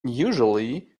usually